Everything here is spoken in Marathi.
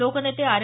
लोकनेते आर